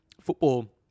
football